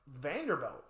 Vanderbilt